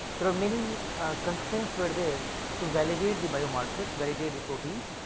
there are many constraints were there to validate the biomarkers validate the proteins.